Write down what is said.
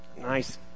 nice